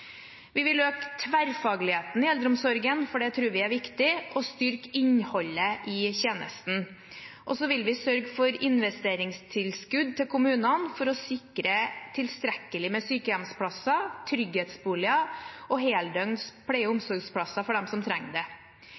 Vi vil øke tverrfagligheten i eldreomsorgen, for det tror vi er viktig, og styrke innholdet i tjenesten. Vi vil også sørge for investeringstilskudd til kommunene for å sikre tilstrekkelig med sykehjemsplasser, trygghetsboliger og heldøgns pleie- og omsorgsplasser for dem som trenger det.